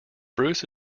bruce